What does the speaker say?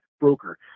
broker